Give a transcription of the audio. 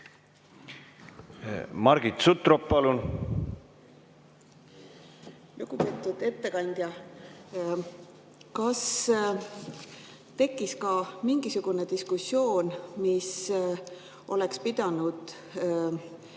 Margit Sutrop, palun! Lugupeetud ettekandja! Kas tekkis ka mingisugune diskussioon, mis oleks pidanud viima